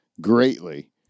greatly